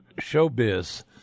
showbiz